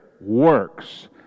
works